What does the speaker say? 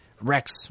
Rex